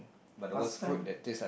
last time